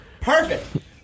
Perfect